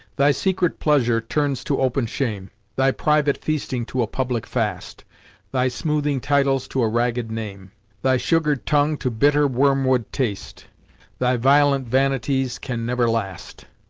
thy secret pleasure turns to open shame thy private feasting to a public fast thy smoothing titles to a ragged name thy sugar'd tongue to bitter worm wood taste thy violent vanities can never last.